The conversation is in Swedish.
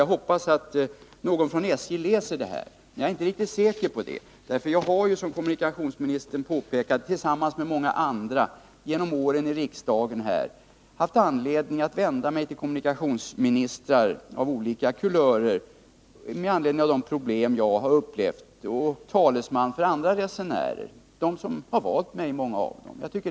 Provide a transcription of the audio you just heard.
Jag hoppas att någon från SJ läser detta, man jag är inte riktigt säker på det. Som kommunikationsministern påpekade har jag ju, tillsammans med många andra, under flera år här i riksdagen vänt mig till kommunikationsministrar av olika kulörer med anledning av de problem som jag har ansett föreligga. Jag har då också varit talesman för andra resenärer och ansett det vara min skyldighet att ta upp frågorna.